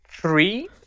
three